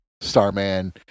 Starman